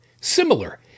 Similar